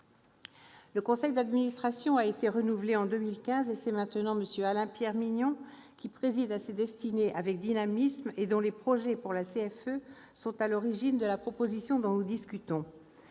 Le conseil d'administration a été renouvelé en 2015 et c'est maintenant M. Alain-Pierre Mignon qui préside à sa destinée avec dynamisme. Ses projets pour la CFE sont à l'origine de la proposition de loi dont nous discutons.